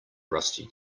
rusty